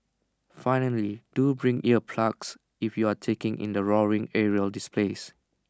finally do bring ear plugs if you are taking in the roaring aerial displays